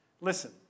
listen